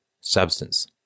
substance